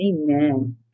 Amen